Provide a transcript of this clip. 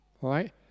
right